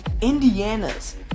Indiana's